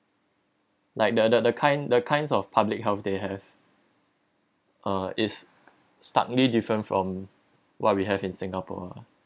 like the the the kind the kinds of public health they have uh is starkly different from what we have in singapore ah